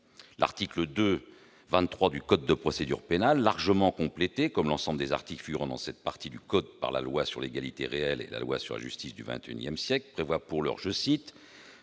L'article 2-23 du code de procédure pénale, largement complété, comme l'ensemble des articles figurant dans cette partie du code, par la loi pour l'égalité réelle et la loi de modernisation de la justice du XXI siècle, prévoit que toute